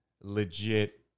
legit